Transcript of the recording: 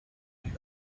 need